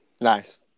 nice